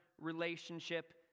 relationship